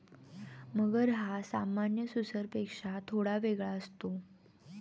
मगर हा सामान्य सुसरपेक्षा थोडा वेगळा असतो